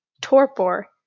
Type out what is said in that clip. Torpor